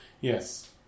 yes